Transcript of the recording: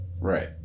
right